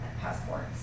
passports